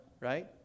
right